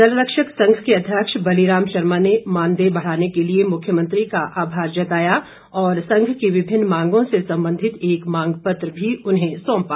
जल रक्षक संघ के अध्यक्ष बलीराम शर्मा ने मानदेय बढ़ाने के लिए मुख्यमंत्री का आभार जताया और संघ की विभिन्न मांगों से संबंधित एक मांग पत्र भी सौंपा